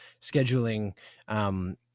scheduling